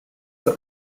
that